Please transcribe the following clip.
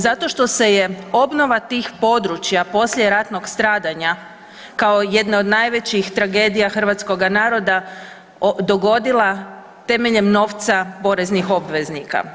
Zato što se je obnova tih područja poslijeratnog stradanja kao jedna od najvećih tragedija hrvatskoga naroda dogodila temeljem novca poreznih obveznika.